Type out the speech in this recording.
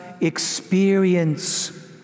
experience